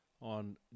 on